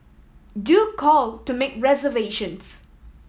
do call to make reservations